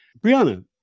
Brianna